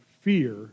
fear